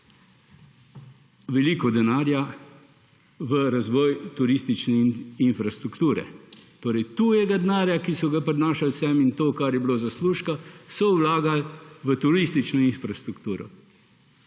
veliko denarja v razvoj turistične infrastrukture, torej tujega denarja, ki so ga prinašali sem, in kolikor je bilo zaslužka, so vlagali v turistično infrastrukturo.